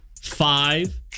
five